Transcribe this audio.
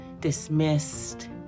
dismissed